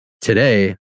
today